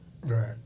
Right